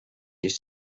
this